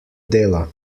dela